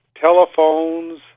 telephones